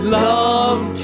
love